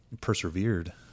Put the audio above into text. persevered